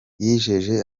yijeje